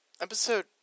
Episode